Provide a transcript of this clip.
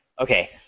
Okay